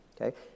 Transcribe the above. okay